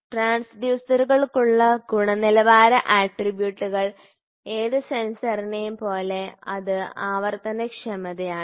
ട്രാൻസ്ഡ്യൂസറുകൾക്കുള്ള ഗുണനിലവാര ആട്രിബ്യൂട്ടുകൾ ഏത് സെൻസറിനെയും പോലെ ഇത് ആവർത്തനക്ഷമതയാണ്